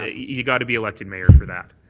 ah yeah gotta be elected mayor for that.